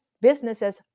businesses